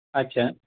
अच्छा